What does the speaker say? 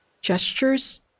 gestures